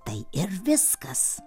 tai ir viskas